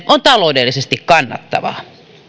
on taloudellisesti kannattavaa